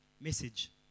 message